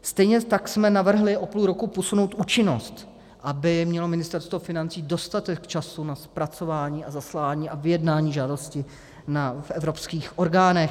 Stejně tak jsme navrhli o půl roku posunout účinnost, aby mělo Ministerstvo financí dostatek času na zpracování a zaslání a vyjednání žádosti v evropských orgánech.